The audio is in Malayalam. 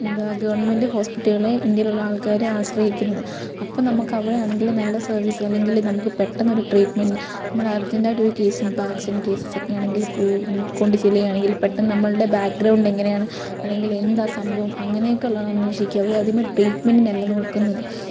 എന്താ ഗവൺമെൻറ്റ് ഹോസ്പിറ്റലുകളെ ഇന്ത്യയിലുള്ള ആൾക്കാർ ആശ്രയിക്കുന്നത് അപ്പോൾ നമുക്കവിടെയാണെങ്കിൽ നല്ല സെർവീസ് അല്ലെങ്കിൽ നമുക്ക് പെട്ടന്നൊരു ട്രീറ്റ്മെൻറ്റ് നമ്മൾ അർജൻറ്റായിട്ടൊറു കേസിന് ഇപ്പോൾ ആക്സിഡൻറ്റ് കേസസൊക്കെയാണെങ്കിൽ പോകാൻ കൊണ്ടു ചെല്ലുകയാണെങ്കിൽ പെട്ടന്ന് നമ്മളുടെ ബാക്ക്ഗ്രൌണ്ട് എങ്ങനെയാണ് അല്ലെങ്കിൽ എന്താ സംഭവം അങ്ങനൊക്കെയുള്ളതാണ് അന്വേഷിക്കുക അവരാദ്യമേ ട്രീറ്റ്മെൻറ്റിനല്ലാ നോക്കുന്നത്